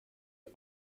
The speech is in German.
sie